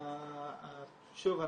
שוב,